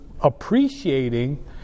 appreciating